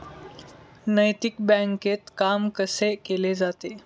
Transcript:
नैतिक बँकेत काम कसे केले जाते?